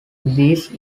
this